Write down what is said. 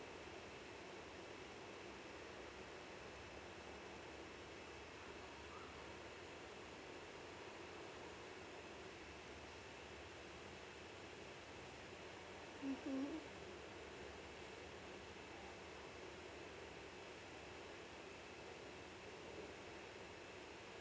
mmhmm